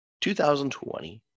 2020